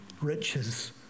riches